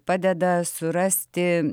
padeda surasti